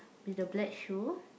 with the black shoe